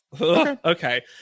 Okay